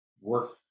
work